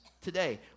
today